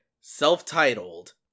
self-titled